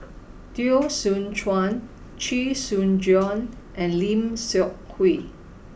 Teo Soon Chuan Chee Soon Juan and Lim Seok Hui